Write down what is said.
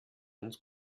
uns